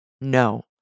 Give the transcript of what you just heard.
No